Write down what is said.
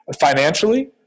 financially